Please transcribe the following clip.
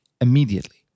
immediately